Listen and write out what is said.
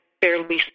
fairly